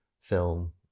film